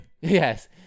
Yes